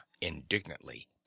indignantly